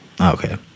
Okay